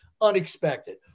unexpected